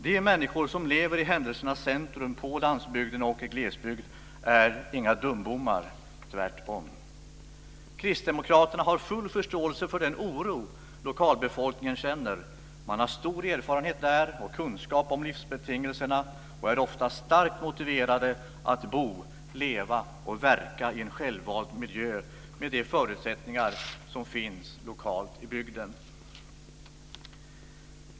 De människor som lever i händelsernas centrum i landsbygd och glesbygd är inga dumbommar - tvärtom. Kristdemokraterna har full förståelse för den oro lokalbefolkningen känner. Man har stor erfarenhet och kunskap om livsbetingelserna och är ofta starkt motiverad att bo, leva och verka i en självvald miljö med de förutsättningar som finns lokalt i bygden.